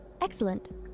Excellent